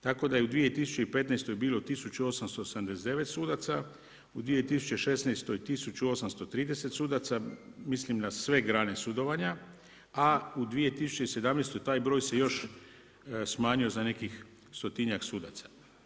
Tako da je u 2015. bilo 1879 sudaca, u 2016. 1830, mislim na sve grane sudovanja a u 2017. taj broj se još smanjio za nekih stotinjak sudaca.